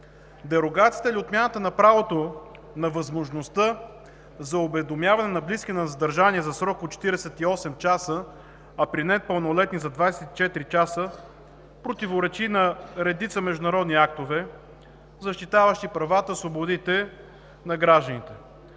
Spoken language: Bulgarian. Дерогацията, или отмяната на правото на възможността за уведомяване на близки на задържания за срок от 48 часа, а при непълнолетния за 24 часа, противоречи на редица международни актове, защитаващи правата и свободите на гражданите.